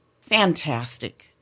fantastic